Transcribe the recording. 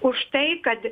už tai kad